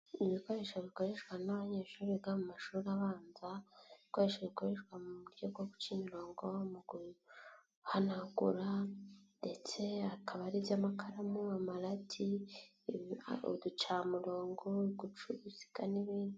Ibikoresho bikoreshwa n'abanyeshuri biga mu mashuri abanza, ibikoresho bikoreshwa mu buryo bwo guca imirongo, mu guhanagura, ndetse hakaba hari iby'amakaramu, amarati, uducamurongo, gucuru uruziga n'ibindi.